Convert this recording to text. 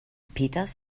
peters